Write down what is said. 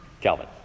Calvin